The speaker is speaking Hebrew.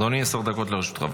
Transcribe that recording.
אדוני, עשר דקות לרשותך.